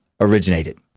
originated